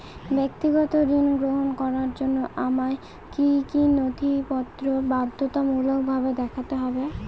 ব্যক্তিগত ঋণ গ্রহণ করার জন্য আমায় কি কী নথিপত্র বাধ্যতামূলকভাবে দেখাতে হবে?